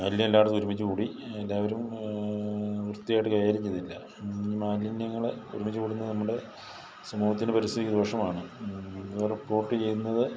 മാലിന്യം എല്ലാ ഇടത്തും ഒരുമിച്ചു കൂടി എല്ലാവരും വൃത്തിയായിട്ട് കൈകാര്യം ചെയ്തില്ല മാലിന്യങ്ങൾ ഒരുമിച്ചു കൂടുന്നത് നമ്മുടെ സമൂഹത്തിൻ്റെ പരിസ്ഥിതിക്ക് ദോഷമാണ് ഇത് റിപോർട്ട് ചെയ്യുന്നത്